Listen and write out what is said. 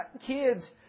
kids